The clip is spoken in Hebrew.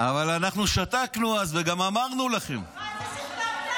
אבל אנחנו שתקנו אז, וגם אמרנו לכם, מה זה שתקת?